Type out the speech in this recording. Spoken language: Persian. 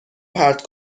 پرت